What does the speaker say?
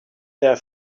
their